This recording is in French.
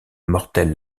mortelle